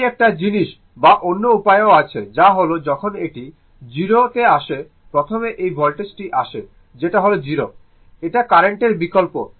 এটি একটা জিনিস বা অন্য উপায় ও আছে যা হল যখন এটি 0 তে আসছে প্রথমে এই ভোল্টেজ টি আসে যেটা হল 0 এটা কার্রেন্টের বিকল্পে